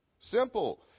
Simple